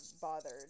bothered